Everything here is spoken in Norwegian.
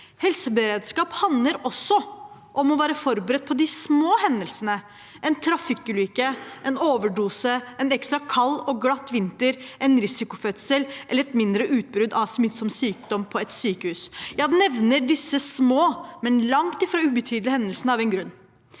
i Europa 2979 handler også om å være forberedt på de små hendelsene: en trafikkulykke, en overdose, en ekstra kald og glatt vinter, en risikofødsel eller et mindre utbrudd av smittsom sykdom på et sykehus. Jeg nevner disse små, men langt fra ubetydelige hendelsene av en grunn: